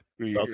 Okay